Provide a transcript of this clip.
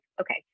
okay